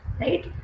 right